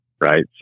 right